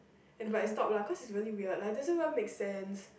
and but is stop lah cause is very weird like doesn't what make sense